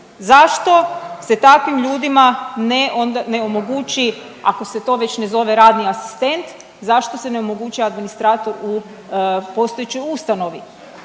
Zašto se takvim ljudima onda ne omogući ako se to već ne zove radni asistent, zašto se ne omogući administrator u postojećoj ustanovi?